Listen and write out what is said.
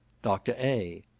dr. a.